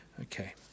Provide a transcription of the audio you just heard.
Okay